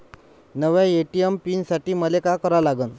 नव्या ATM pin साठी मले का करा लागन?